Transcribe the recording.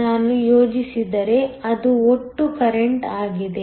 ನಾನು ಯೋಜಿಸಿದರೆ ಅದು ಒಟ್ಟು ಕರೆಂಟ್ ಆಗಿದೆ